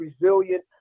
resilient